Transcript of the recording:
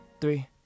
three